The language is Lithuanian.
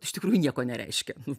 iš tikrųjų nieko nereiškia